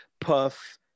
Puff